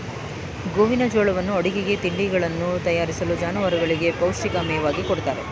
ಗೋವಿನಜೋಳವನ್ನು ಅಡುಗೆಗೆ, ತಿಂಡಿಗಳನ್ನು ತಯಾರಿಸಲು, ಜಾನುವಾರುಗಳಿಗೆ ಪೌಷ್ಟಿಕ ಮೇವಾಗಿ ಕೊಡುತ್ತಾರೆ